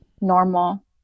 normal